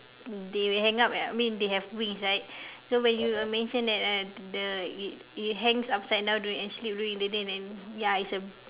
they will hang up at I mean they have wings right so when you uh mentioned that uh the it it hangs upside down during and sleep during in the day then ya is a